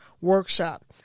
Workshop